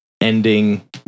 ending